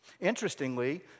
Interestingly